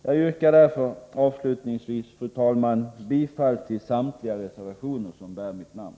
Jag yrkar därför avslutningsvis, fru talman, bifall till samtliga reservationer som bär mitt namn.